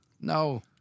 No